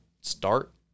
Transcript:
start